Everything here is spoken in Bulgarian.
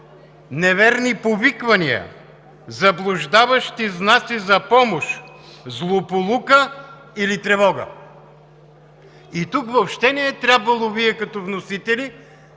неверни повиквания, заблуждаващи знаци за помощ, злополука или тревога. И тук въобще не е трябвало Вие като вносители